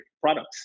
products